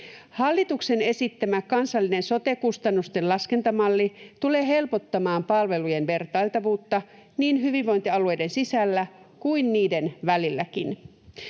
Hallituksen esittämä kansallinen sote-kustannusten laskentamalli tulee helpottamaan palvelujen vertailtavuutta niin hyvinvointialueiden sisällä kuin niiden välilläkin.